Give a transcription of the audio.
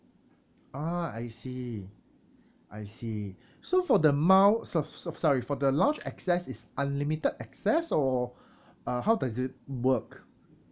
ah I see I see so for the mile so~ so~ sorry for the lounge access is unlimited access or uh how does it work